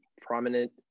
prominent